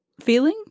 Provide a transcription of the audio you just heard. feeling